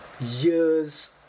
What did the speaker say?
years